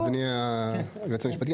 אדוני היועץ המשפטי,